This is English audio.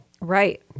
right